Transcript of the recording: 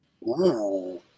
Wow